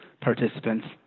participants